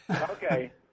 Okay